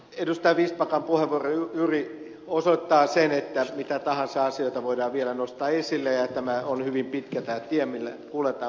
vistbackan puheenvuoro juuri osoittaa sen että mitä tahansa asioita voidaan vielä nostaa esille ja tämä on hyvin pitkä tämä tie millä kuljetaan